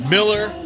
Miller